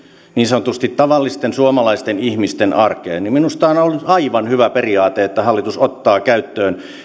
niin sanotusti tavallisten suomalaisten ihmisten arkeen niin minusta on ollut aivan hyvä periaate se että hallitus ottaa käyttöön